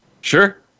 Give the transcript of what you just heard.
Sure